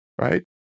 right